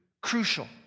crucial